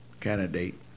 candidate